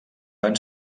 van